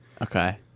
Okay